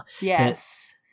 Yes